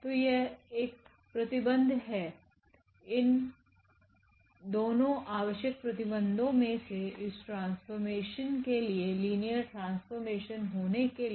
तो यह एकप्रतिबंध हैइन दोनों आवश्यक प्रतिबंधों मे से इस ट्रांसफॉर्मेशन के लिनियर ट्रांसफॉर्मेशन होने के लिए